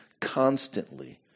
constantly